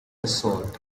assault